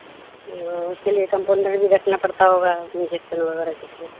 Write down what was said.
اس کے لیے کمپاؤنڈر بھی رکھنا پڑتا ہوگا انجیکشن وغیرہ کے لیے